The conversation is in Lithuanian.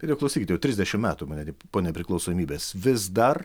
ir jau klausykit jau trisdešim metų mane po nepriklausomybės vis dar